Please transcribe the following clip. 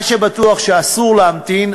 מה שבטוח זה שאסור להמתין,